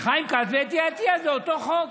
חיים כץ ואתי עטייה, זה אותו חוק.